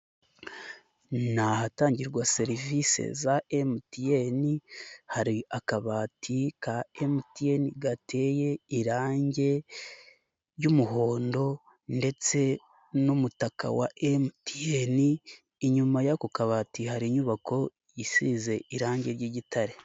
Ni ahatangirwa serivisi za MTN, hari akabati ka MTN gateye irange ry'umuhondo ndetse n'umutaka wa MTN, inyuma y'ako kabati hari inyubako isize irange ry'igitare.